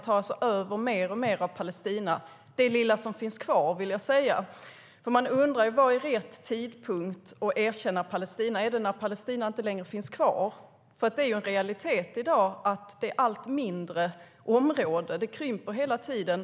Israel tar över mer och mer av Palestina - det lilla som finns kvar, vill jag säga. Vad är rätt tidpunkt att erkänna Palestina? Är det när Palestina inte längre finns? Det är en realitet att området blir allt mindre; det krymper hela tiden.